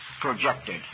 projected